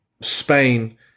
Spain